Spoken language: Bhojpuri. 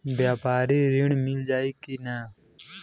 व्यापारी ऋण मिल जाई कि ना?